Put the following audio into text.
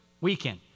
Weekend